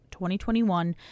2021